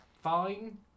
fine